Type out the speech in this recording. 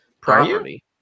property